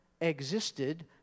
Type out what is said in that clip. existed